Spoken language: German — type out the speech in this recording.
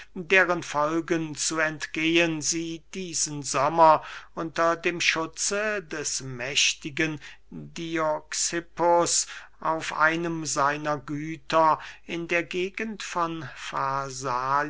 deren folgen zu entgehen sie diesen sommer unter dem schutze des mächtigen dioxippus auf einem seiner güter in der gegend von